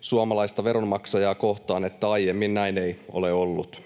suomalaista veronmaksajaa kohtaan, että aiemmin näin ei ole ollut.